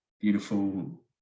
beautiful